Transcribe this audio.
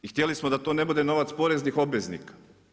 I htjeli smo da to ne bude novac poreznih obveznika.